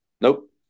Nope